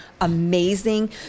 amazing